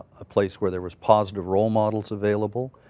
a place where there was positive role models available,